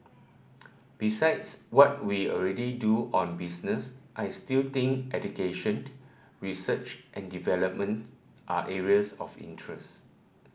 besides what we already do on business I still think education research and development are areas of interest